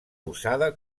usada